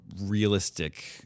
realistic